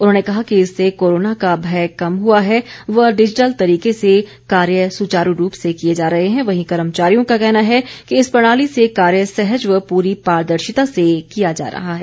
उन्होंने कहा कि इससे कोरोना का भय कम हुआ है व डिजिटल तरीके से कार्य सुचारू रूप से किए जा रहे है वहीं कर्मचारियों का कहना है कि इस प्रणाली से कार्य सहज व पूरी पारदर्शिता से किया जा रहा है